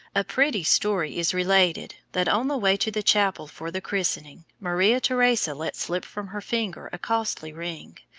a pretty story is related that on the way to the chapel for the christening, maria theresa let slip from her finger a costly ring,